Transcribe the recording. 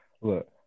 look